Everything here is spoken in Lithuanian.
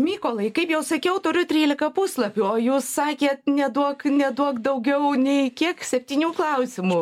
mykolai kaip jau sakiau turiu trylika puslapių o jūs sakėt neduok neduok daugiau nei kiek septynių klausimų